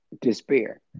despair